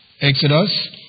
Exodus